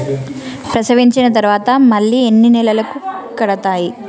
ప్రసవించిన తర్వాత మళ్ళీ ఎన్ని నెలలకు కడతాయి?